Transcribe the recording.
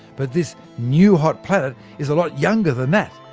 but this new hot planet is a lot younger than that.